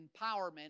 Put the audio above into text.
empowerment